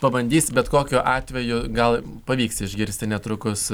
pabandys bet kokiu atveju gal pavyks išgirsti netrukus